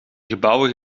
gebouwen